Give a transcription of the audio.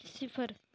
सिफर